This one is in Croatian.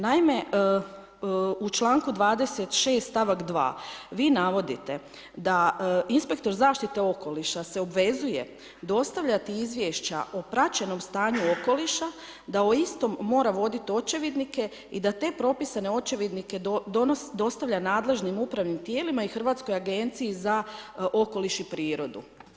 Naime, u članku 26. stavak 2. vi navodite da inspektor zaštite okoliša se obvezuje dostavljati izvješća o praćenom stanju okoliša da o istom mora voditi očevidnike i da te propise na očevidnike dostavlja nadležnim upravnim tijelima i Hrvatskoj agenciji za okoliš i prirodu.